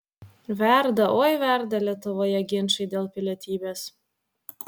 verda oi verda lietuvoje ginčai dėl pilietybės